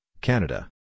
Canada